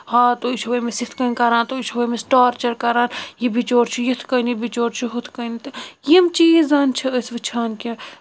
ہا تُہۍ چھِو أمِس یِتھ کٔنۍ کران تُہۍ چھِو ہُمس ٹارچر کران یہِ بچور چھ یِتھ کٔنۍ یہِ بِچور چھُ ہُتھ کٔنۍ تہٕ یِم چیٖز زن چھِ أسۍ وُچھان کہِ